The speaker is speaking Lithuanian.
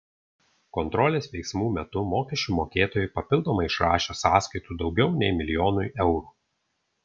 kontrolės veiksmų metu mokesčių mokėtojai papildomai išrašė sąskaitų daugiau nei milijonui eurų